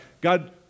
God